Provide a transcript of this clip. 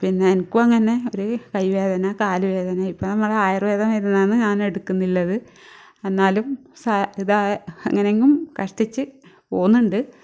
പിന്ന എനിക്കും അങ്ങനെ ഒരു കൈ വേദന കാൽ വേദന ഇപ്പം നമ്മൾ ആയുർവേദ മരുന്നാണ് ഞാൻ എടുക്കുന്നുള്ളത് എന്നാലും സ ഇതാ എങ്ങനെങ്ങും കഷ്ട്ടിച്ച് പോകുന്നുണ്ട്